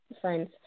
friends